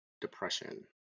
depression